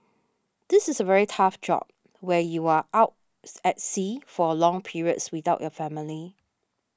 this is a very tough job where you are out at sea for long periods without your family